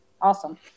Awesome